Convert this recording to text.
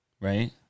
right